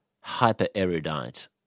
hyper-erudite